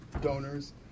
donors